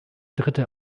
dritte